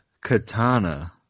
katana